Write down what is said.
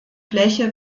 fläche